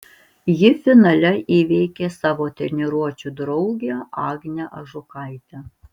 ji finale įveikė savo treniruočių draugę agnę ažukaitę